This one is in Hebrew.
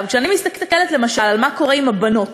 כשאני מסתכלת, למשל, מה קורה עם הבנות,